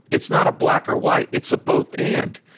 it's not a black or white. it's a both and.